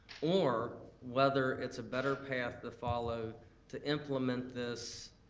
or whether it's a better path to follow to implement this